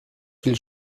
viel